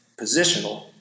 positional